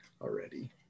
already